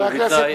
ובתנאי,